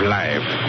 life